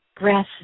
breath